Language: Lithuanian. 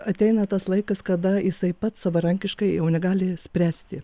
ateina tas laikas kada jisai pats savarankiškai jau negali spręsti